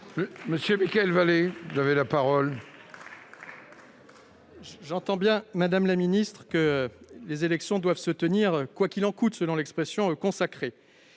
M. Mickaël Vallet, pour la réplique. J'entends bien, madame la ministre, que les élections doivent se tenir « quoi qu'il en coûte », selon l'expression consacrée.